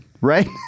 Right